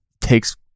takes